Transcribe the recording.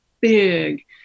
big